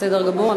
בסדר גמור.